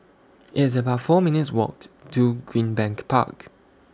It's about four minutes' Walk to Greenbank Park